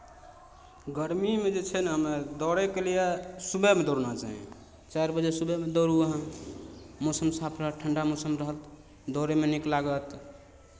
गरमीमे जे छै ने हमे दौड़यके लिए सुबहमे दौड़ना चाही चारि बजे सुबहमे दौड़ू अहाँ मौसम साफ रहत ठण्ढा मौसम रहत दौड़यमे नीक लागत